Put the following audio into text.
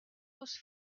was